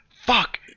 Fuck